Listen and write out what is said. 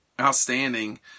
outstanding